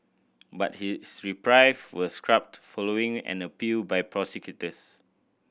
but his reprieve was scrubbed following an appeal by prosecutors